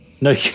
No